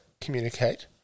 communicate